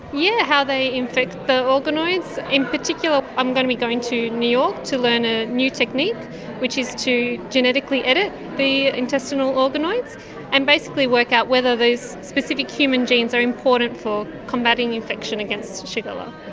yeah how they infect the organoids. in particular i'm going to be going to new york to learn a new technique which is to genetically edit the intestinal organoids and basically work out whether those specific human genes are important for combating infection against shigella.